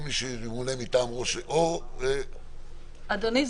אדוני,